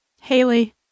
Haley